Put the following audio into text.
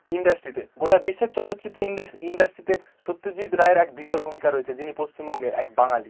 ইন্ডাস্ট্রিতে গোটা বিশ্বের চলচ্চিত্র ইন্ডেস ইন্ডাস্ট্রিতে সত্যজিৎ রায়ের এক বিশাল ভূমিকা রয়েছে যিনি পশ্চিমবঙ্গে এক বাঙালি